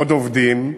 עוד עובדים.